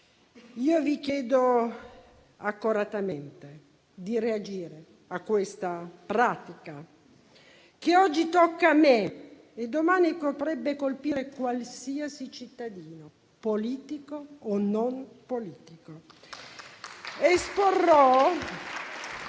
Vi chiedo accoratamente di reagire a una tale pratica che oggi tocca a me e domani potrebbe colpire qualsiasi cittadino, politico o non politico.